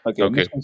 Okay